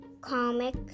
comic